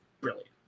brilliant